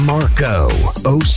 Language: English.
Marco